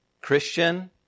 Christian